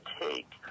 take